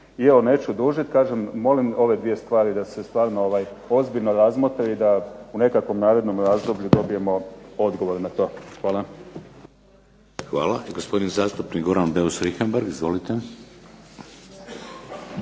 I evo neću dužiti. Kažem molim da se ove dvije stvari da se stvarno ozbiljno razmotre i da u nekakvom narednom razdoblju dobijemo odgovor na to. Hvala. **Šeks, Vladimir (HDZ)** Hvala. Gospodin zastupnik Goran Beus Richembergh: Izvolite.